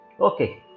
Okay